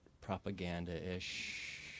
propaganda-ish